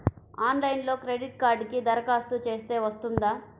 ఆన్లైన్లో క్రెడిట్ కార్డ్కి దరఖాస్తు చేస్తే వస్తుందా?